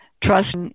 trust